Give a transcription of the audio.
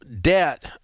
debt